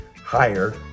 higher